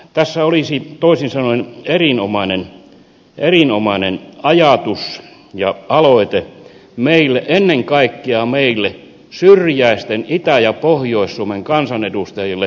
tässä olisi toisin sanoen erinomainen ajatus ja aloite ennen kaikkea meille syrjäisten itä ja pohjois suomen kansanedustajille